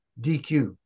DQ